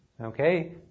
Okay